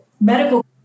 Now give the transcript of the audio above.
medical